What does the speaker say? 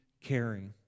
caring